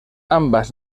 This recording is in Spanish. ambas